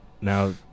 now